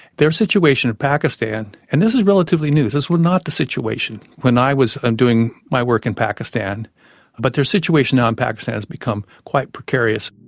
their situation in pakistan and this is relatively new, this was not the situation when i was um doing my work in pakistan but their situation now in pakistan has become quite precarious.